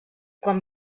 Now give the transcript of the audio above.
quan